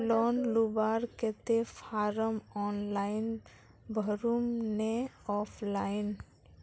Loan लुबार केते form online भरुम ने ऑफलाइन?